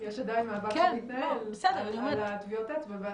אני חושבת שזה עדיין מאבק שמתנהל על טביעות האצבע,